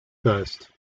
geist